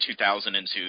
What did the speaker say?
2002